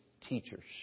teachers